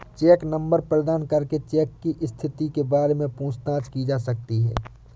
check number प्रदान करके cheque की स्थिति के बारे में पूछताछ की जा सकती है